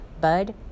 Bud